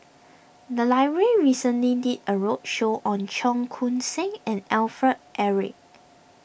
the library recently did a roadshow on Cheong Koon Seng and Alfred Eric